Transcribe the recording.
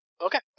Okay